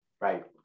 Right